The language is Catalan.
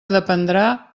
dependrà